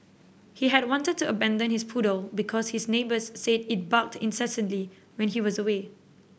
he had wanted to abandon his poodle because his neighbours said it barked incessantly when he was away